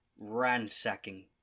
ransacking